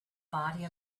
body